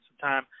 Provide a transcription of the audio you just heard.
sometime